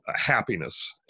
Happiness